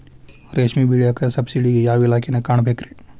ರೇಷ್ಮಿ ಬೆಳಿಯಾಕ ಸಬ್ಸಿಡಿಗೆ ಯಾವ ಇಲಾಖೆನ ಕಾಣಬೇಕ್ರೇ?